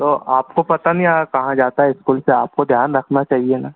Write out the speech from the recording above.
तो आपको पता नहीं हाँ कहाँ जाता है इस्कूल से आपको ध्यान रखना चाहिए ना